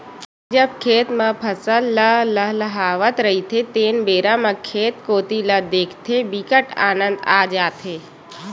जब खेत म फसल ल लहलहावत रहिथे तेन बेरा म खेत कोती ल देखथे बिकट आनंद आ जाथे